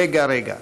רגע-רגע.